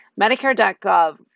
Medicare.gov